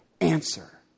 Answer